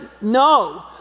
no